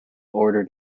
ordered